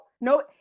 No